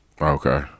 Okay